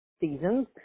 seasons